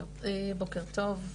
בוקר טוב.